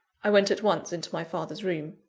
i went at once into my father's room.